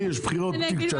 דעי שיש בחירות צ'יק-צ'אק.